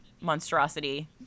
monstrosity